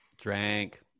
Drank